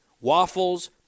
waffles